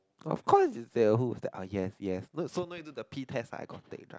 of course it still who is that yes yes look so nice to do the Pee test